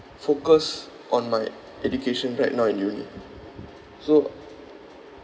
focus on my education right now in uni so